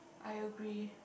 I agree